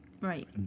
right